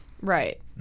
Right